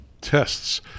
tests